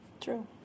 true